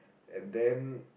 and then